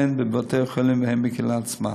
הן בבתי-החולים והן בקהילה עצמה.